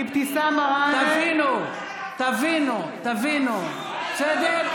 לך, לך, לך, תבינו, תבינו, תבינו, בסדר?